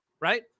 Right